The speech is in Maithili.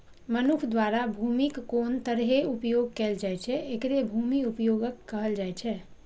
मनुक्ख द्वारा भूमिक कोन तरहें उपयोग कैल जाइ छै, एकरे भूमि उपयोगक कहल जाइ छै